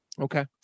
Okay